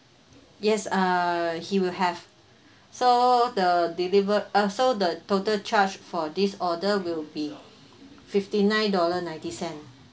yes uh he will have so the deliver uh so the total charge for this order will be fifty nine dollar ninety cent